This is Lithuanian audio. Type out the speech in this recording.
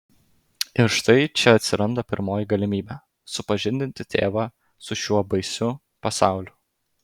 ir štai čia atsiranda pirmoji galimybė supažindinti tėvą su šiuo baisiu pasauliu